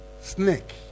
snake